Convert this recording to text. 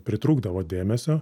pritrūkdavo dėmesio